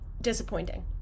disappointing